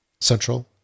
Central